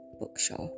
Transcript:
bookshop